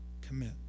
commit